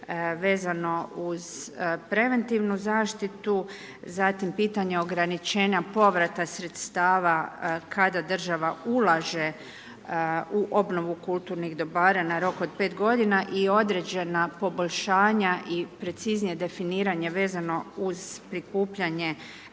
vezano uz preventivnu zaštitu, zatim pitanje ograničenja povrata sredstava kada država ulaže u obnovu kulturnih dobara na rok od 5 g. i određena poboljšanja i preciznije definiranje vezano uz prikupljanje